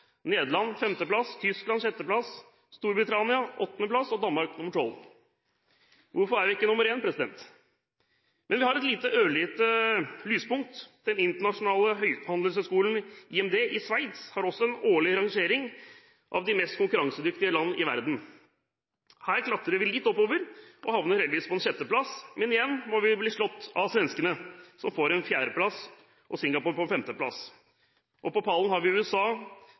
Nederland nr. 5, Tyskland nr. 6, Storbritannia nr. 8 og Danmark nr. 12. Hvorfor er vi ikke nr. 1? Men det er et ørlite lyspunkt. Den internasjonale handelshøyskolen IMD i Sveits har også en årlig rangering av de mest konkurransedyktige land i verden. Her klatrer vi litt oppover og havner heldigvis på en sjetteplass. Men igjen må vi se oss slått av svenskene, som får en fjerdeplass, og Singapore en femteplass. På pallen har vi USA,